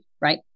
right